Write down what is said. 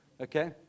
Okay